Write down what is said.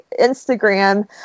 Instagram